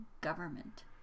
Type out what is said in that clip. government